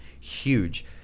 huge